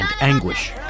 anguish